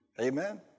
Amen